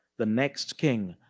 the next king,